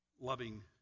loving